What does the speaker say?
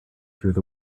through